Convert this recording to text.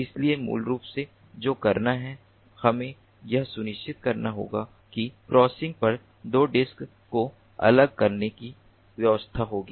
इसलिए मूल रूप से जो करना है हमें यह सुनिश्चित करना होगा कि क्रॉसिंग पर दो डिस्क को अलग करने की व्यवस्था होगी